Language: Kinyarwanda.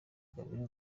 gabiro